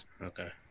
Okay